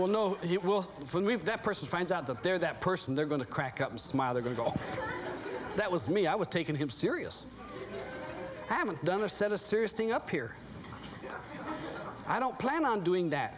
will know he will when we have that person finds out that they're that person they're going to crack up and smile they're going to that was me i was taken him serious i haven't done a set a serious thing up here i don't plan on doing that